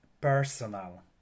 personal